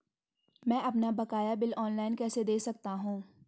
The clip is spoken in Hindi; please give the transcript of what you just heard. मैं अपना बकाया बिल ऑनलाइन कैसे दें सकता हूँ?